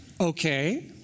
okay